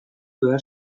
behar